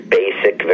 basic